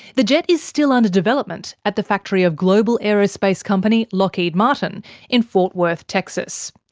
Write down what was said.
the jet is still under development at the factory of global aerospace company lockheed martin in fort worth, texas.